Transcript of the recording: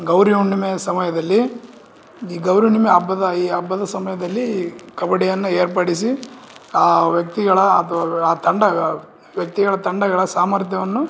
ಗೌರಿ ಹುಣ್ಣಿಮೆಯ ಸಮಯದಲ್ಲಿ ಈ ಗೌರಿ ಹುಣ್ಣಿಮೆ ಹಬ್ಬದ ಈ ಹಬ್ಬದ ಸಮಯದಲ್ಲಿ ಕಬಡ್ಡಿಯನ್ನ ಏರ್ಪಡಿಸಿ ಆ ವ್ಯಕ್ತಿಗಳ ಅಥವಾ ಆ ತಂಡ ವ್ಯಕ್ತಿಗಳ ತಂಡಗಳ ಸಾಮರ್ಥ್ಯವನ್ನು